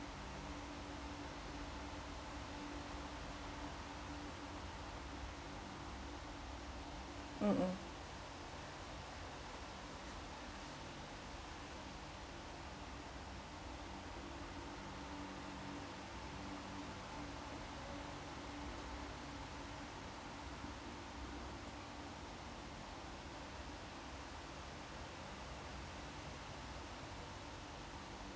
mm mm